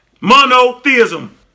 Monotheism